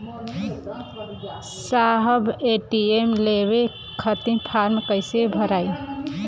साहब ए.टी.एम लेवे खतीं फॉर्म कइसे भराई?